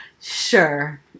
Sure